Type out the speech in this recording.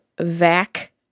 VAC